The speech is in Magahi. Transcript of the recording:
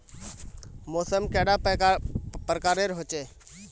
मौसम कैडा प्रकारेर होचे?